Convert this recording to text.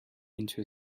into